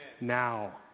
now